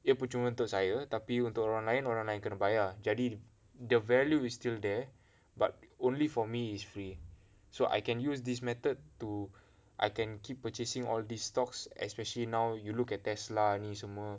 dia percuma untuk saya tapi untuk orang lain orang lain kena bayar jadi the value is still there but only for me is free so I can use this method to I can keep purchasing all these stocks especially now you look at tesla ni semua